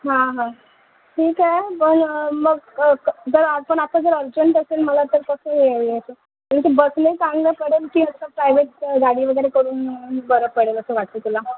हां हां ठीक आहे पण मग कं जर आपण आता जर अर्जंट असेल मला तर कसं येल यायचं म्हणजे बसने चांगलं पडेल की असं प्रायवेट गाडी वगैरे करून बरं पडेल असं वाटतं तुला